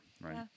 Right